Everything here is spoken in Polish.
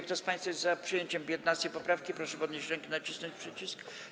Kto z państwa jest za przyjęciem 15. poprawki, proszę podnieść rękę i nacisnąć przycisk.